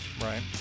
Right